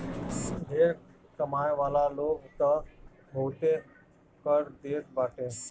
ढेर कमाए वाला लोग तअ बहुते कर देत बाटे